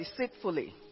deceitfully